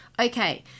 Okay